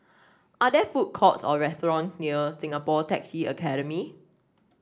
are there food courts or restaurant near Singapore Taxi Academy